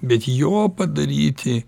bet jo padaryti